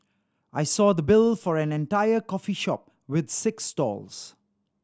I saw the bill for an entire coffee shop with six stalls